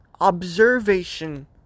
observation